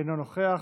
אינו נוכח.